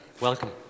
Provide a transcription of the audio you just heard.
Welcome